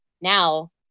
Now